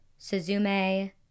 Suzume